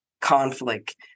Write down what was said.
conflict